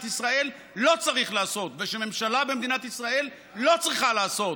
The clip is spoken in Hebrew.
ישראל לא צריך לעשות ושממשלה במדינת ישראל לא צריכה לעשות.